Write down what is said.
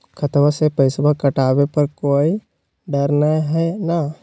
खतबा से पैसबा कटाबे पर कोइ डर नय हय ना?